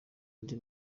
andi